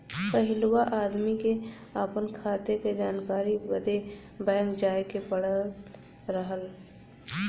पहिलवा आदमी के आपन खाते क जानकारी बदे बैंक जाए क पड़त रहल